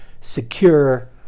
secure